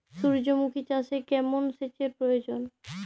সূর্যমুখি চাষে কেমন সেচের প্রয়োজন?